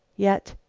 yet,